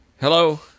Hello